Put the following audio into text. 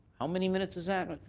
how many minutes is that,